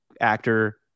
actor